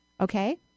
Okay